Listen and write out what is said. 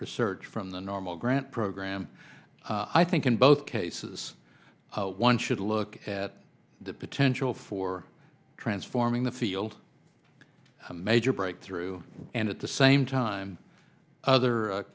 research from the normal grant program i think in both cases one should look at the potential for transforming the field a major breakthrough and at the same time